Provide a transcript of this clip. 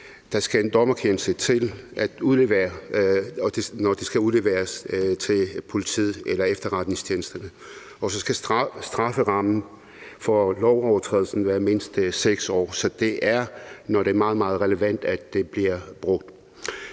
Der skal en dommerkendelse til, når det skal udleveres til politiet eller efterretningstjenesterne, og så skal strafferammen for lovovertrædelsen være mindst 6 år. Så det er, når det er meget, meget relevant, at det bliver brugt.